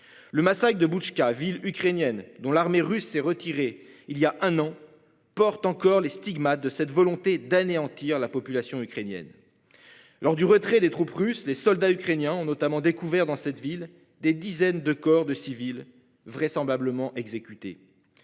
Le massacre de Bubka villes ukrainiennes, dont l'armée russe s'est retiré il y a un an, porte encore les stigmates de cette volonté d'anéantir la population ukrainienne. Lors du retrait des troupes russes. Les soldats ukrainiens ont notamment découvert dans cette ville, des dizaines de corps de civils vraisemblablement exécutés.